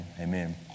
Amen